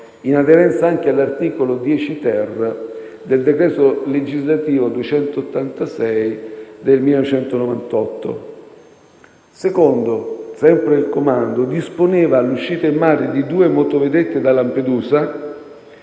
in aderenza anche all'articolo 10-*ter* del decreto legislativo 25 luglio 1998, n. 286. Secondo. Sempre il Comando disponeva l'uscita in mare di due motovedette da Lampedusa